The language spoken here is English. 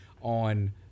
on